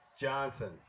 Johnson